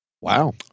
Wow